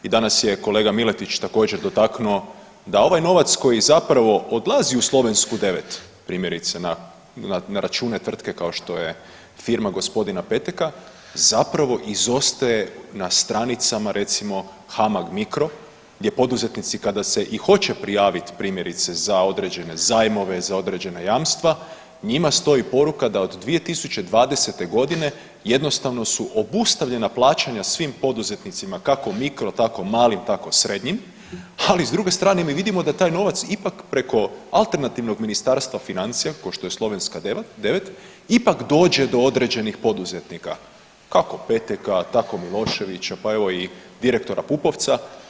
I danas je kolega Miletić također dotaknuto da ovaj novac koji zapravo odlazi u Slovensku 9 primjerice na račune tvrtke kao što je firma gospodina Peteka zapravo izostaje na stranicama recimo HAMAG mikro gdje poduzetnici kada se i hoće prijaviti za određene zajmove za određena jamstva njima stoji poruka da od 2020. godine jednostavno su obustavljena plaćanja svim poduzetnicima kako mikro, tako malim, tako srednjim, ali s druge strane mi vidimo da taj novac preko alternativnog Ministarstva financija ko što je Slovenska 9 ipak dođe do određenih poduzetnika kako Peteka, tako Miloševića pa evo i direktora Pupovca.